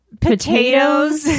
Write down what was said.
Potatoes